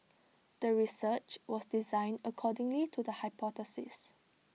the research was designed accordingly to the hypothesis